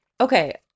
okay